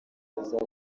neza